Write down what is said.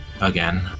again